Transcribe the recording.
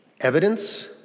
evidence